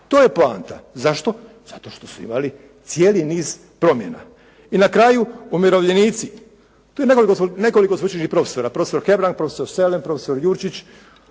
To je poanta. Zašto? Zato što su imali cijeli niz promjena. I na kraju umirovljenici. Tu je nekoliko sveučilišnih profesora, profesor Hebrang, profesor Selem, profesor Jurčić,